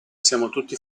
tutti